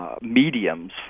Mediums